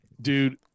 dude